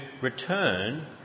return